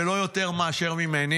ולו יותר מאשר ממני,